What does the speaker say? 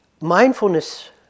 mindfulness